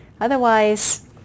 Otherwise